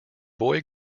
boy